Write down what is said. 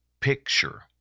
picture